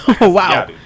Wow